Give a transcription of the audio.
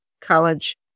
college